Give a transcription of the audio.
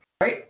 Right